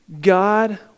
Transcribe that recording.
God